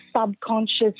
subconscious